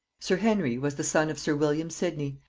sir henry was the son of sir william sidney,